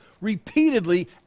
repeatedly